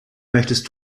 möchtest